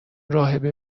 راهبی